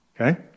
okay